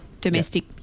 domestic